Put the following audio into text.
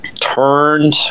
turned